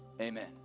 amen